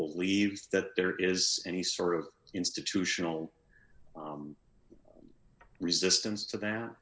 believe that there is any sort of institutional resistance to that